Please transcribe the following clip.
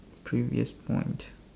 previous point